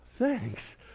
Thanks